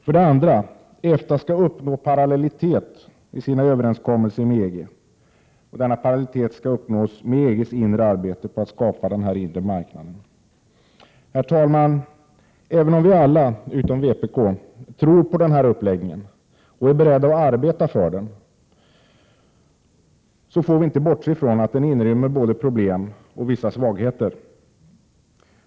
För det andra: EFTA skall uppnå parallellitet i sina överenskommelser med EG -— parallellitet med EG:s inre arbete på att skapa den inre marknaden. Herr talman! Även om vi alla — utom vpk — tror på den här uppläggningen och är beredda att arbeta för den, så får vi inte bortse från att den inrymmer både problem och vissa svagheter.